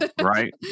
right